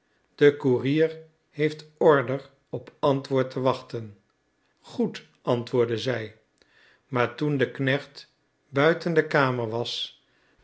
de koerier heeft order op antwoord te wachten goed antwoordde zij maar toen de knecht buiten de kamer was